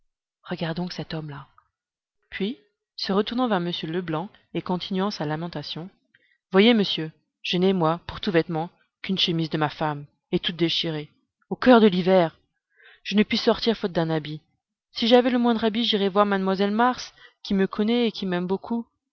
regarde donc cet homme-là puis se retournant vers m leblanc et continuant sa lamentation voyez monsieur je n'ai moi pour tout vêtement qu'une chemise de ma femme et toute déchirée au coeur de l'hiver je ne puis sortir faute d'un habit si j'avais le moindre habit j'irais voir mademoiselle mars qui me connaît et qui m'aime beaucoup